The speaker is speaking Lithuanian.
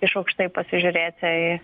iš aukštai pasižiūrėti į